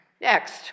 Next